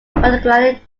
particularly